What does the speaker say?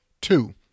two